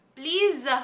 Please